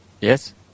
Yes